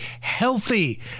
healthy